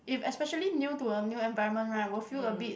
if especially new to a new environment right will feel a bit